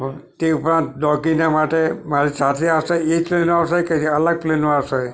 તે ઉપરાંત ડોગીને માટે મારી સાથે આવશે એટલે એ પ્લેનમાં આવશે કે અલગ પ્લેનમાં આવશે